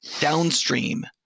downstream